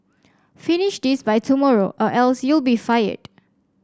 finish this by tomorrow or else you'll be fired